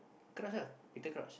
Crouch lah Petercrouch